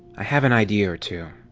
i have an idea or two.